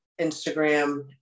instagram